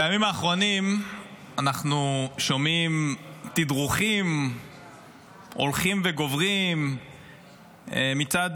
בימים האחרונים אנחנו שומעים תדרוכים הולכים וגוברים מצד